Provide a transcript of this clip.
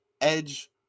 Edge